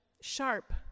sharp